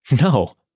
No